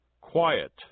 Quiet